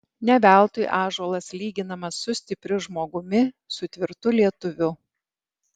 ne veltui ąžuolas lyginamas su stipriu žmogumi su tvirtu lietuviu